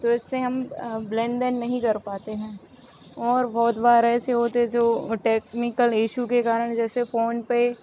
तो इससे हम लेनदेन नहीं कर पाते हैं और बहुत बार ऐसे होते जो टेक्निकल इश्यू के कारण जैसे फ़ोन पे